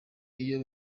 iyo